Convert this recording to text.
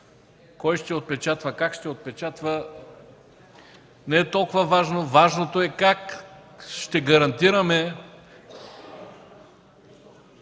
кой ще я отпечатва, как ще я отпечатва, не е толкова важен. Важното е как ще гарантираме